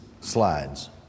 slides